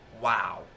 Wow